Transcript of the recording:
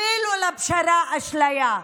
אפילו לפשרה-אשליה,